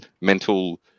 mental